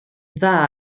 dda